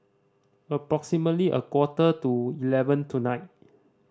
approximately a quarter to eleven tonight